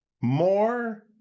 more